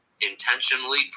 intentionally